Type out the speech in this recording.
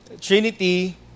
Trinity